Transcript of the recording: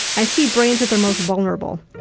i see brains at their most vulnerable.